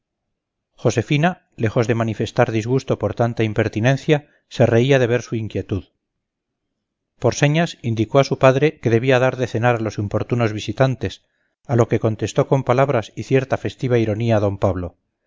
josefina lejos de manifestar disgusto por tanta impertinencia se reía de ver su inquietud por señas indicó a su padre que debía dar de cenar a los importunos visitantes a lo que contestó con palabras y cierta festiva ironía d pablo